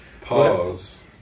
Pause